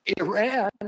Iran